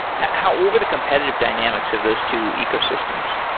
what were the competitive dynamics of those two ecosystems?